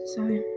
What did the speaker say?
Sorry